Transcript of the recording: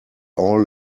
all